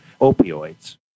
opioids